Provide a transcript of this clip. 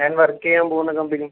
ഞാൻ വർക്ക് ചെയ്യാൻ പോകുന്ന കമ്പനി